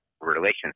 Relations